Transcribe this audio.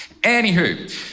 Anywho